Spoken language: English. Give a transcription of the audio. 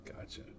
gotcha